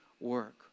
work